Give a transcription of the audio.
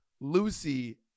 Lucy